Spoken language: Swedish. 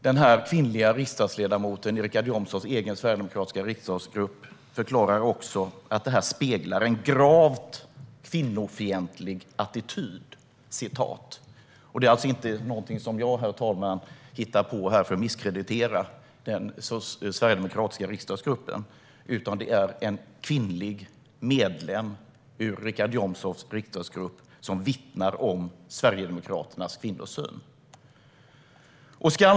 Den kvinnliga riksdagsledamoten i Richard Jomshofs egen sverigedemokratiska riksdagsgrupp förklarar också att detta speglar "en gravt kvinnofientlig attityd". Detta är alltså inte någonting som jag hittar på här för att misskreditera den sverigedemokratiska riksdagsgruppen, utan det är en kvinnlig medlem ur Richard Jomshofs riksdagsgrupp som vittnar om Sverigedemokraternas kvinnosyn. Herr talman!